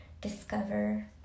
discover